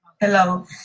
Hello